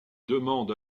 demande